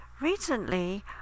Recently